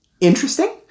interesting